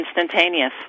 instantaneous